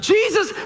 Jesus